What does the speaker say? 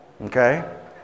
Okay